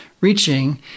reaching